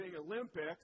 Olympics